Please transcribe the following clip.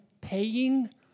paying